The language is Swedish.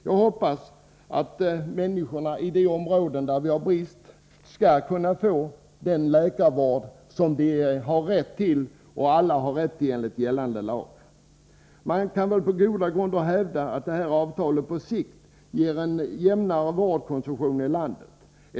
Jag hoppas att människorna i de områden där vi har läkarbrist skall kunna få den läkarvård som de och alla andra invånare enligt gällande lag har rätt till. Man kan på goda grunder hävda att avtalet på sikt ger en jämnare vårdkonsumtion i landet.